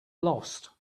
lost